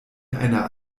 einer